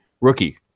rookie